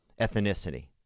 ethnicity